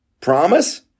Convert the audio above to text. Promise